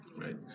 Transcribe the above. right